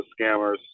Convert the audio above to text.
scammers